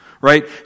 right